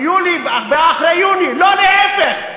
ויולי בא אחרי יוני, לא להפך.